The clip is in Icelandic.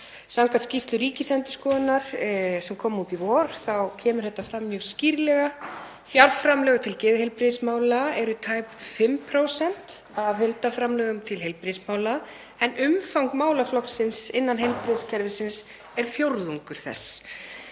Samkvæmt skýrslu Ríkisendurskoðunar, sem kom út í vor, kemur þetta mjög skýrlega fram. Fjárframlög til geðheilbrigðismála eru tæp 5% af heildarframlögum til heilbrigðismála en umfang málaflokksins innan heilbrigðiskerfisins er fjórðungur þess.